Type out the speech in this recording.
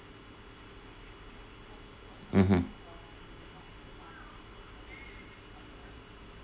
mmhmm